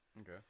Okay